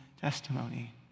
testimony